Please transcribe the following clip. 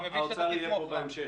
האוצר יהיה פה בהמשך.